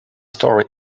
story